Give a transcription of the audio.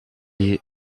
est